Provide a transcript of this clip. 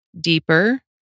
Deeper